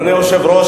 אדוני היושב-ראש,